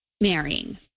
marrying